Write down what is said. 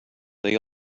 they